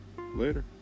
Later